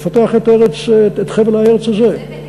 לפתח יותר את חבל הארץ הזה, אבל זה בהיטלים,